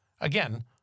Again